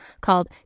called